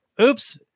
oops